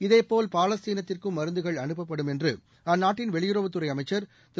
இதேபோல் பாலஸ்தீனத்திற்கும் மருந்துகள் அனுப்பப்படும் என்று அந்நாட்டின் வெளியுறவுத்துறை அமைச்சர் திரு